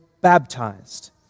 baptized